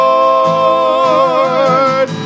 Lord